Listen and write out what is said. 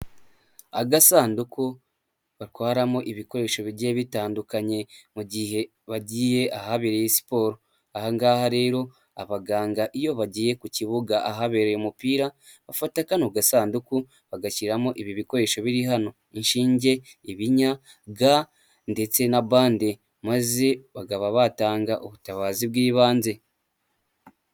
Agasanduku batwaramo ibikoresho bigiye bitandukanye mu gihe bagiye ahabere siporo, aha ngaha rero abaganga iyo bagiye ku kibuga ahabereye umupira bafa kano gasanduku bagashyiramo ibi bikoresho biri hano: inshinge, ibinya ndetse na bande maze bakaba batanga ubutabazi bw'ibanze.